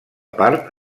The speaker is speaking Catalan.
part